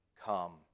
come